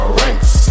ranks